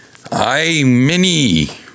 iMini